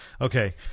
Okay